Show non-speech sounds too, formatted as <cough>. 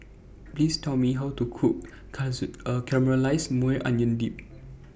Please Tell Me How to Cook <unintelligible> Caramelized Maui Onion Dip